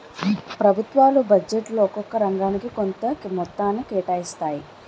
ప్రభుత్వాలు బడ్జెట్లో ఒక్కొక్క రంగానికి కొంత మొత్తాన్ని కేటాయిస్తాయి